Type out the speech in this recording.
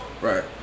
Right